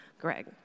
Greg